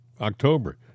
October